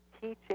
teaching